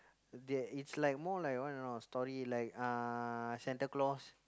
that it's like more like what you know story like ah Santa-Claus